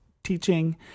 Teaching